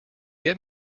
get